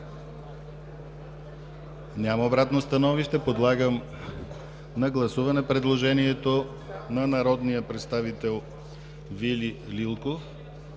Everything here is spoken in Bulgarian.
Няма обратно становище. Подлагам на гласуване предложението на народния представител Вили Лилков